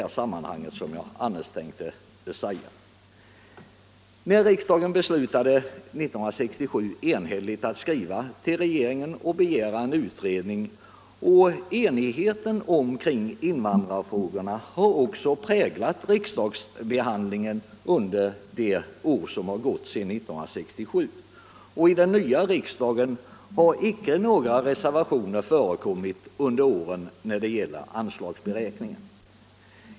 Riksdagen beslöt enhälligt 1967 att skriva till regeringen och begära en utredning. Enigheten kring invandrarfrågorna har också präglat riksdagsbehandlingen under de år som gått sedan 1967. I den nya riksdagen har icke förekommit några reservationer under de gångna åren när det — Nr 80 gällt anslagsberäkningen.